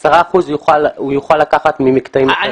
10 אחוזים הוא יוכל לקחת ממקטעים אחרים.